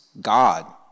God